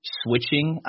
switching